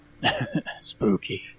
Spooky